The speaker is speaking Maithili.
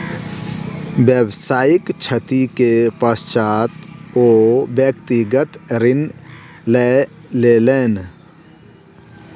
व्यावसायिक क्षति के पश्चात ओ व्यक्तिगत ऋण लय लेलैन